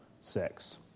sex